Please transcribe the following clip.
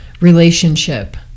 relationship